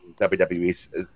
wwe